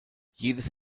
jedes